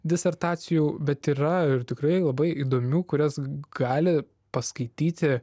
disertacijų bet yra ir tikrai labai įdomių kurias gali paskaityti